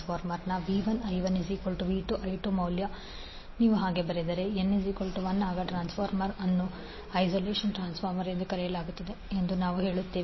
ನೀವು ಹಾಗೆ ಬರೆದರೆ I2I1N1N21n n1ಆಗ ಟ್ರಾನ್ಸ್ಫಾರ್ಮರ್ ಅನ್ನು ಐಸೊಲೇಷನ್ ಟ್ರಾನ್ಸ್ಫಾರ್ಮರ್ ಎಂದು ಕರೆಯಲಾಗುತ್ತದೆ ಎಂದು ನಾವು ಹೇಳುತ್ತೇವೆ